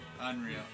unreal